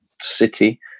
City